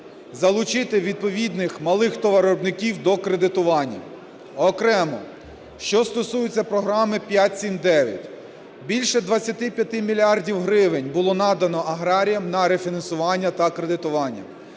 залучити відповідних малих товаровиробників до кредитування. Окремо що стосується програми "5-7-9". Більше 25 мільярдів гривень було надано аграріям на рефінансування та кредитування.